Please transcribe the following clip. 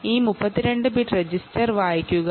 ഈ 32 bit register read ചെയ്യുന്നു